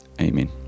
Amen